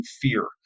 fear